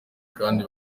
kandi